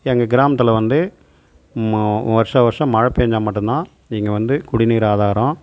எங்கள் கிராமத்தில் வந்து மா வருஷம் வருஷம் மழை பேஞ்சால் மட்டும் தான் இங்கே வந்த குடிநீர் ஆதாரம்